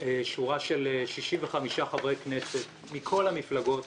שורה של 65 חברי כנסת מכל המפלגות,